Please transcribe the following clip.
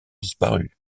disparu